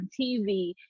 TV